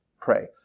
Pray